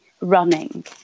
running